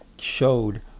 showed